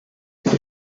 elle